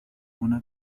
una